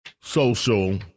Social